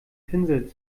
pinsel